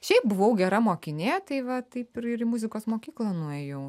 šiaip buvau gera mokinė tai va taip ir ir į muzikos mokyklą nuėjau